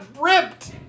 Ripped